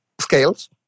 scales